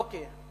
אוקיי.